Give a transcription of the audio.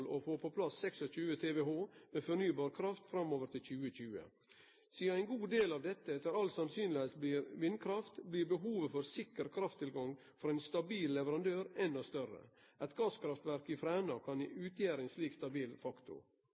å få på plass 26 TWh med fornybar kraft framover til 2020. Sidan ein god del av dette etter alt å døme blir vindkraft, blir behovet for sikker krafttilgang frå ein stabil leverandør endå større. Eit gasskraftverk i Fræna kan utgjere ein slik stabil faktor.